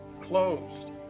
closed